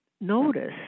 notice